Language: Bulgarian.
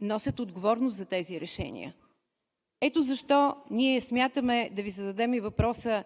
носят отговорност за тези решения. Ето защо ние смятаме да Ви зададем и въпроса: